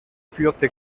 führte